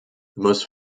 most